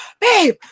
babe